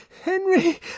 Henry